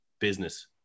business